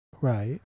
Right